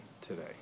today